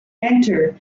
enter